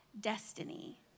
destiny